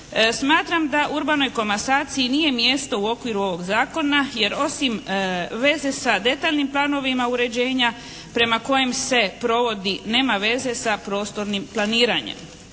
"Smatram da urbanoj komasaciji nije mjesto u okviru ovog zakona, jer osim veze sa detaljnim planovima uređenja prema kojem se provodi, nema veze sa prostornim planiranjem."